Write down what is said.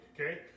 okay